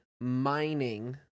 mining